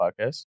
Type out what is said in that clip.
podcast